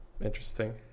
interesting